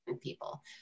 people